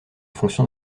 fonction